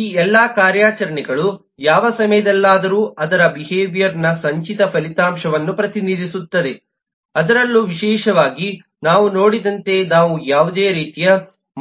ಈ ಎಲ್ಲಾ ಕಾರ್ಯಾಚರಣೆಗಳು ಯಾವ ಸಮಯದಲ್ಲಾದರೂ ಅದರ ಬಿಹೇವಿಯರ್ನ ಸಂಚಿತ ಫಲಿತಾಂಶವನ್ನು ಪ್ರತಿನಿಧಿಸುತ್ತದೆ ಅದರಲ್ಲೂ ವಿಶೇಷವಾಗಿ ನಾವು ನೋಡಿದಂತೆ ನಾವು ಯಾವುದೇ ರೀತಿಯ